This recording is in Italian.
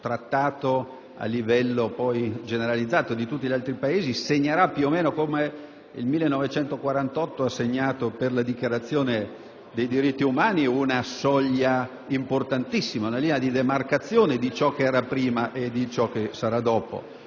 Convenzione a livello generalizzato di tutti gli altri Paesi rappresenterà, come il 1948 ha segnato per la Dichiarazione dei diritti umani, una soglia importantissima, una linea di demarcazione di ciò che era prima e di ciò che sarà dopo.